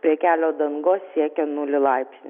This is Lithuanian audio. prie kelio dangos siekia nulį laipsnių